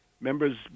members